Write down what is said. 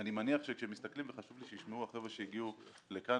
אני מניח שכאשר מסתכלים וחשוב לי שישמעו החבר'ה שהגיעו לכאן,